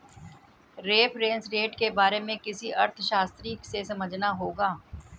reference rate के बारे में किसी अर्थशास्त्री से समझना होगा